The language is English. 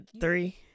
three